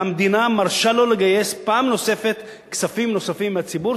והמדינה מרשה לו לגייס פעם נוספת כספים נוספים מהציבור,